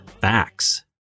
facts